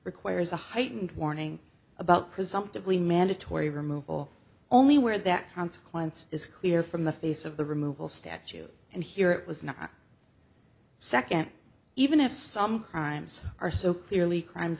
requires a heightened warning about presumptively mandatory removal only where that consequence is clear from the face of the removal statute and here it was not second even if some crimes are so clearly crimes